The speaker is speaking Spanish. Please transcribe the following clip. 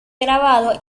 grabado